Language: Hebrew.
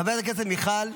חברת הכנסת מיכל,